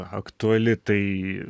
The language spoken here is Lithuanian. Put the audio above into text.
aktuali tai